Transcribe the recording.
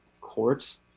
court